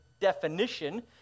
definition